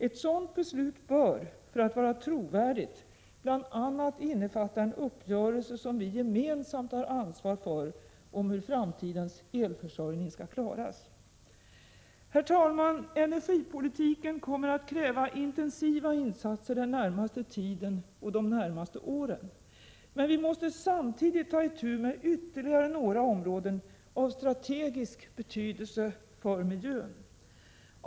Ett sådant beslut bör, för att vara trovärdigt, bl.a. innefatta en uppgörelse, som vi gemensamt tar ansvar för, om hur framtidens elförsörjning skall klaras. Herr talman! Energipolitiken kommer att kräva intensiva insatser den närmaste tiden — och de närmaste åren. Men vi måste samtidigt ta itu med ytterligare några områden av strategisk betydelse för miljön.